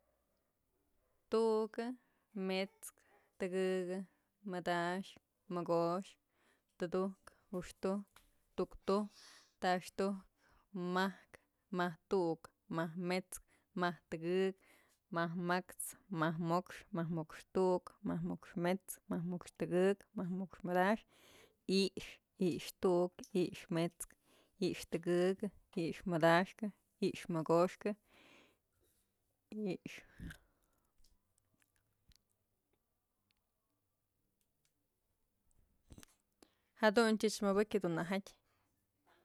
Tu'ukë, met'skë, tëkëk, madaxkë, mokoxk, tudujkë, juxtujkë, tuktujk, taxtujk, majkë, majk tu'uk, majk mets'kë, majk tëkëk, majk ma'ax, majk mo'ox, majk mo'ox tu'uk, majk mo'ox met´s kë, majk mo'ox tëkëk, majk mo'ox madaxkë, i'ixë, i'ixë tu'uk, i'ixë met'skë, i'ixë tëkëk, i'ixë madaxkë, i'ixë mogoxkë, i'ixë jaduntyëch mëbëkyë dun nä jatyë.